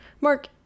Mark